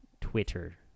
Twitter